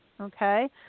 okay